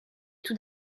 tout